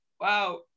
wow